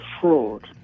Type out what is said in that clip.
fraud